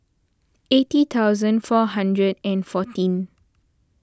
eighty thousand four hundred and fourteen